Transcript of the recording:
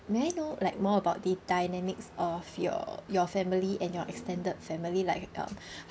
may I know like more about the dynamics of your your family and your extended family like um